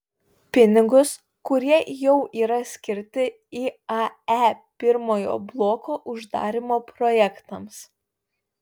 pinigus kurie jau yra skirti iae pirmojo bloko uždarymo projektams